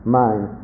mind